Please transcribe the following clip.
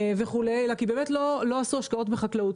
וכו', אלא כי באמת לא עשו השקעות בחקלאות.